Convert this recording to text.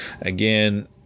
Again